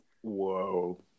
Whoa